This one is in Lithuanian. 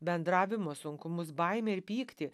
bendravimo sunkumus baimę ir pyktį